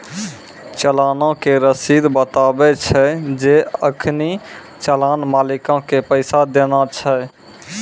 चलानो के रशीद बताबै छै जे अखनि चलान मालिको के पैसा देना छै